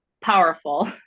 powerful